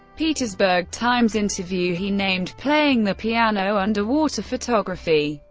petersburg times interview he named playing the piano, underwater photography,